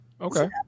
Okay